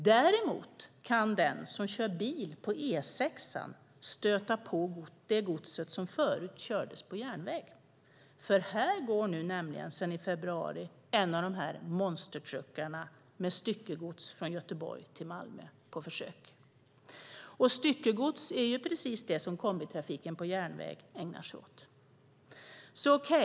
Däremot kan den som kör bil på E6:an stöta på det gods som förut kördes på järnväg. Här går nämligen sedan i februari en av dessa monstertruckar på försök med styckegods från Göteborg till Malmö. Styckegods är ju precis det som kombitrafiken på järnväg ägnar sig åt.